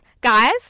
Guys